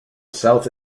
south